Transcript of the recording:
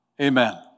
Amen